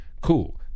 Cool